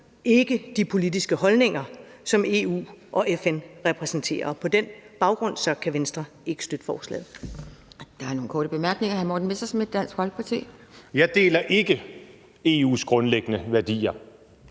ikke de politiske holdninger, som EU og FN repræsenterer. Og på den baggrund kan Venstre ikke støtte forslaget. Kl. 11:41 Anden næstformand (Pia